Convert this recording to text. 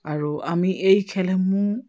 আৰু আমি এই খেলসমূহ